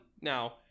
now